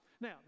now